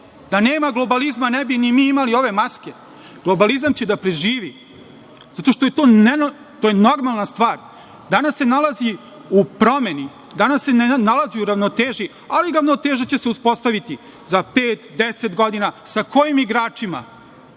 Da nema globalizma ne bismo ni mi imali ove maske. Globalizam će da preživi, zato što je to normalna stvar. Danas se nalazi u promeni, danas se ne nalazi u ravnoteži, ali ravnoteža će se uspostaviti za pet, 10 godina. Sa kojim igračima?